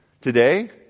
Today